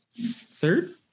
Third